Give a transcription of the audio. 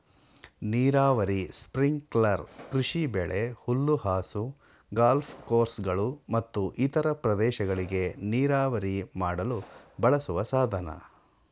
ನೀರಾವರಿ ಸ್ಪ್ರಿಂಕ್ಲರ್ ಕೃಷಿಬೆಳೆ ಹುಲ್ಲುಹಾಸು ಗಾಲ್ಫ್ ಕೋರ್ಸ್ಗಳು ಮತ್ತು ಇತರ ಪ್ರದೇಶಗಳಿಗೆ ನೀರಾವರಿ ಮಾಡಲು ಬಳಸುವ ಸಾಧನ